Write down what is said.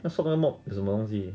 那 sort man nook 是什么东西